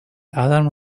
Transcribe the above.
alarm